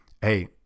hey